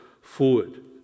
forward